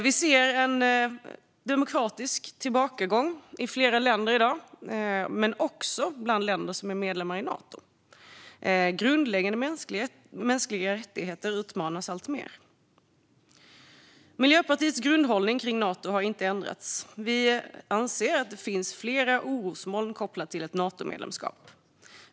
Vi ser en demokratisk tillbakagång i flera länder i dag, också bland länder som är medlemmar i Nato. Grundläggande mänskliga rättigheter utmanas alltmer. Miljöpartiets grundhållning kring Nato har inte ändrats. Vi anser att det finns flera orosmoln kopplat till ett Natomedlemskap.